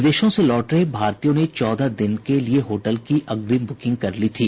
विदेशों से लौट रहे भारतीयों ने चौदह दिन के लिए होटल की अग्रिम बुकिंग कर ली थी